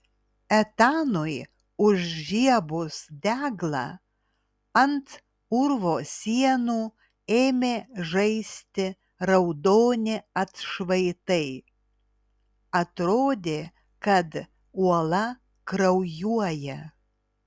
etanui užžiebus deglą ant urvo sienų ėmė žaisti raudoni atšvaitai atrodė kad uola kraujuoja